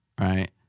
right